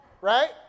right